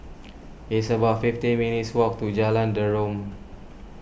it's about fifteen minutes' walk to Jalan Derum